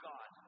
God